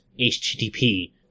HTTP